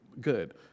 good